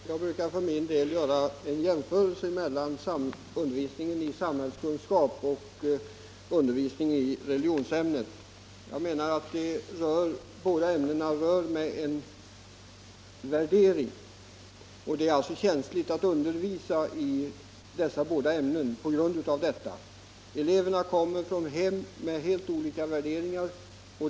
Herr talman! Jag brukar göra en jämförelse mellan undervisningen i samhällskunskap och undervisningen i religionsämnet. Jag menar nämligen att det i båda fallen rör sig om ett ämne med starka värderingar inbyggda och därför är det speciellt känsligt att undervisa i dessa båda ämnen. Eleverna kommer från hem med helt olika värderingar.